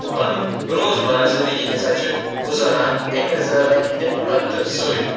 تہٕ پَنٕنۍ روزمَرہ زِندگی ہسا چھُ گُزاران اَمہِ زَبانہِ ہِندِ مدتہٕ سۭتۍ